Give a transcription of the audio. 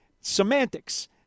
Semantics